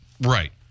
Right